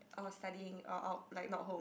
or studying or or like not home